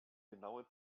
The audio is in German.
genaue